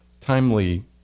timely